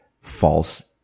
false